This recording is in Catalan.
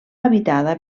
habitada